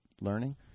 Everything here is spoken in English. learning